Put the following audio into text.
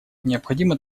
необходимо